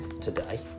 today